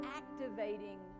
activating